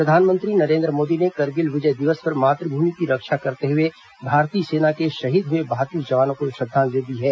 प्रधानमंत्री नरेन्द्र मोदी ने करगिल विजय दिवस पर मातृभूमि की रक्षा करते हुए भारतीय सेना के शहीद हुए बहादुर जवानों को श्रद्वांजलि दी है